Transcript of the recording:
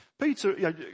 Peter